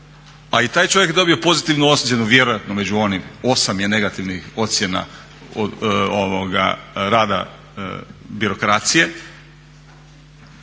a i taj čovjek je dobio pozitivnu ocjenu vjerojatno među onih 8 je negativnih ocjena rada birokracije,